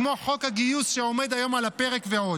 כמו חוק הגיוס שעומד היום על הפרק ועוד.